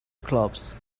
clubs